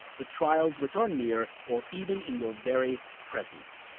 the trials which are near or even in your very presence.